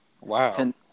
Wow